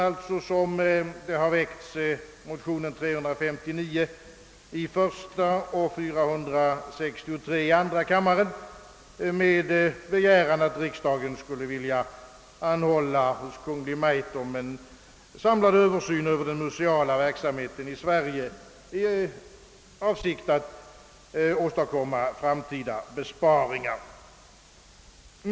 Det är därför vi i motionsparet I: 359 och 11: 463 hemställt, att riksdagen hos Kungl. Maj:t måtte anhålla om »en samlad översyn över den museala verksamheten i Sverige i syfte att åstadkomma framtida besparingar».